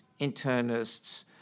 internists